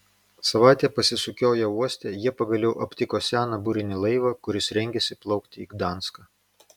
savaitę pasisukioję uoste jie pagaliau aptiko seną burinį laivą kuris rengėsi plaukti į gdanską